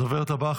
הדוברת הבאה,